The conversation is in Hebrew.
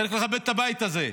צריך לכבד את הבית הזה.